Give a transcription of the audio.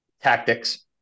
tactics